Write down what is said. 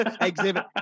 exhibit